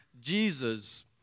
Jesus